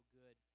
good